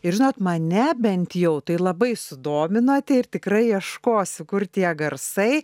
ir žinot mane bent jau tai labai sudominote ir tikrai ieškosiu kur tie garsai